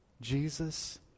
Jesus